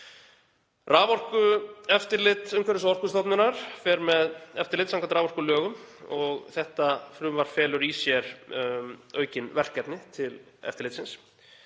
Raforkueftirlit Umhverfis- og orkustofnunar fer með eftirlit samkvæmt raforkulögum og felur þetta frumvarp í sér aukin verkefni eftirlitsins.